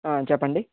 చెప్పండి